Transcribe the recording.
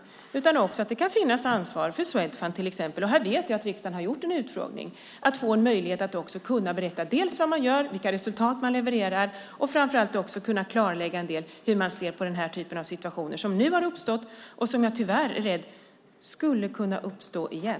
Det kan också finnas ett ansvar för Swedfund, till exempel. Jag vet att riksdagen har haft en utfrågning. Det handlar om att få en möjlighet att berätta vad man gör och vilka resultat man levererar. Framför allt ska man också kunna klarlägga en del när det gäller hur man ser på den här typen av situationer som nu har uppstått och som tyvärr, är jag rädd, skulle kunna uppstå igen.